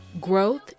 Growth